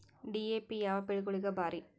DAP ಯಾವ ಬೆಳಿಗೊಳಿಗ ಭಾರಿ?